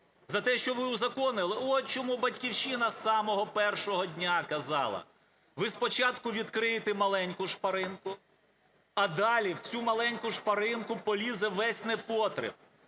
За те, що ви узаконили? От чому "Батьківщина" з самого першого дня казала: ви спочатку відкрийте маленьку шпаринку, а далі в цю маленьку шпаринку полізе весь непотріб,